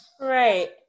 right